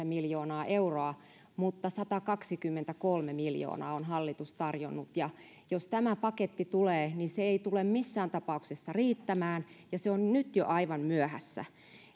miljoonaa euroa mutta satakaksikymmentäkolme miljoonaa on hallitus tarjonnut ja jos tämä paketti tulee niin se ei tule missään tapauksessa riittämään ja se on nyt jo aivan myöhässä